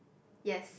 yes